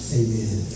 amen